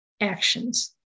actions